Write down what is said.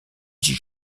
dix